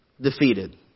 defeated